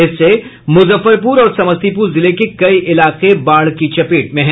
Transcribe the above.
इससे मुजफ्फरपुर और समस्तीपुर जिले के कई इलाके बाढ़ की चपेट में हैं